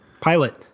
Pilot